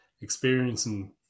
experiencing